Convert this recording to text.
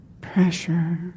pressure